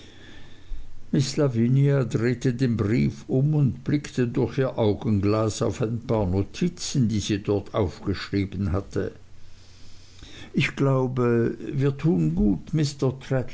miß lavinia drehte meinen brief um und blickte durch ihr augenglas auf ein paar notizen die sie dort aufgeschrieben hatte ich glaube wir tun gut